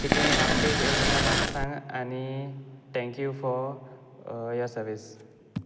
कितेंय उपडेट येल जाल्यार म्हाका सांग आनी thank you for your service